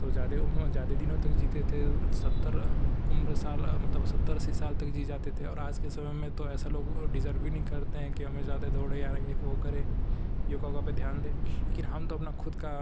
तो जादे उम जादे दिनों तक जीते थे सत्तर उम्र साल मतलब सत्तर अस्सी साल तक जी जाते थे और आज के समय में तो ऐसा लोग ओ डीजर्व भी नहीं करते हैं कि हमें जादा दौड़े या एक वो करे योग ओगा पर ध्यान दे लेकिन हम तो अपना ख़ुद का